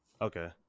Okay